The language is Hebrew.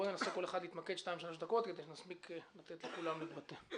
ננסה להתמקד בשתיים שלוש דקות כל אחד כדי שנספיק לתת לכולם להתבטא.